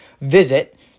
visit